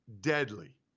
deadly